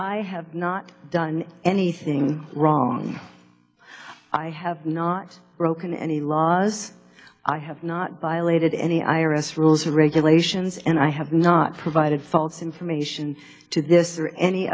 i have not done anything wrong i have not broken any laws i have not violated any i r s rules or regulations and i have not provided false information to this or any